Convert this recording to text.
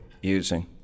using